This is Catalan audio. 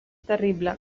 terrible